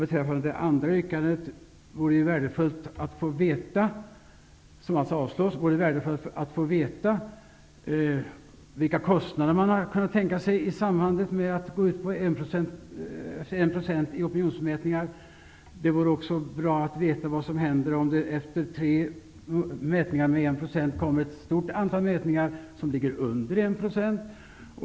Beträffande det andra yrkandet vore det värdefullt att få veta vilka kostnader man kan tänka sig i samband med detta. Det vore också bra att få veta vad som händer om ett parti efter tre mätningar med 1 % vid ett stort antal mätningar därefter får mindre än 1 %.